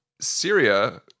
Syria